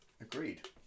Agreed